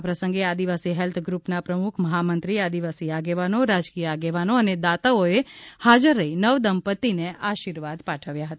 આ પ્રસંગે આદિવાસી હેલ્થ ગ્રુપનાં પ્રમુખ મહામંત્રી આદિવાસી આગેવાનો રાજકીય આગેવાનો અને દાતાઓએ હાજર રહી નવદંપતિને આશીર્વાદ પાઠવ્યા હતા